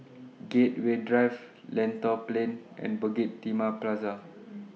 Gateway Drive Lentor Plain and Bukit Timah Plaza